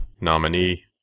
nominee